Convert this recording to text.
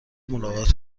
ملاقات